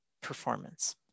performance